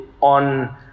on